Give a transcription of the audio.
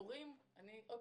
המורים שוב,